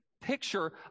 picture